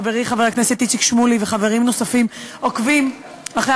חברי חבר הכנסת איציק שמולי וחברים נוספים עוקבים אחרי